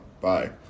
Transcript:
bye